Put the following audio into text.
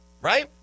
right